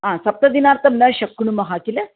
हा सप्तदिनार्थं न शक्नुमः किल